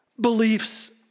Beliefs